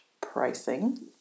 pricing